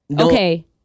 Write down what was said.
Okay